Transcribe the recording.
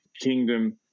Kingdom